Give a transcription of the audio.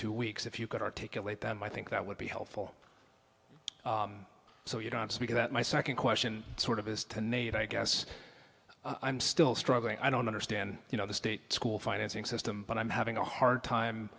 two weeks if you could articulate them i think that would be helpful so you don't see that my second question sort of is to nate i guess i'm still struggling i don't understand you know the state school financing system but i'm having a hard time